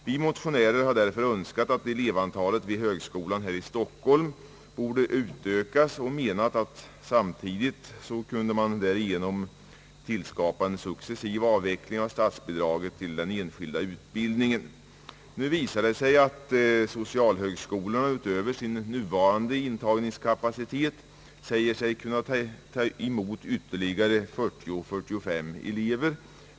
Vi motionärer har därför önskat att elevantalet vid högskolan här i Stockholm utökas och menat att samtidigt kunde man därigenom successivt avveckla statsbidraget till den enskilda utbildningen. Nu visar det sig att socialhögskolorna utöver sin nuvarande intagningskapacitet säger sig kunna ta emot ytterligare 40 å 45 elever.